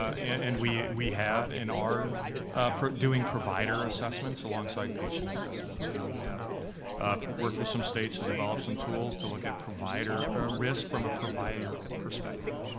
and we we have, in our doing provider assessments alongside patient assessments, and we have worked with some states to develop some tools to look at risk from a provider perspective.